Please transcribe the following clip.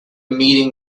meeting